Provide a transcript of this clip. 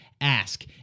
ask